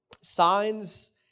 Signs